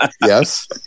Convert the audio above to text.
yes